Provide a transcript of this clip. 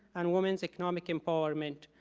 and women's economic empowerment.